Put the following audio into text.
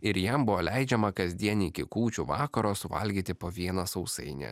ir jam buvo leidžiama kasdien iki kūčių vakaro suvalgyti po vieną sausainį